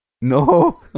no